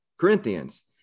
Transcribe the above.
Corinthians